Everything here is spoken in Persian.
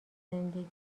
زندگی